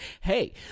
hey